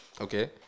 okay